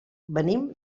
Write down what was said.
venim